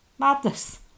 Madness